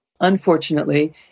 unfortunately